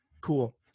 cool